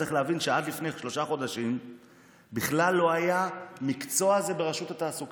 צריך להבין שעד לפני שלושה חודשים בכלל לא היה מקצוע כזה ברשות התעסוקה.